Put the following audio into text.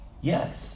Yes